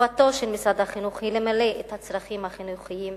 חובתו של משרד החינוך היא למלא את הצרכים החינוכיים.